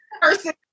person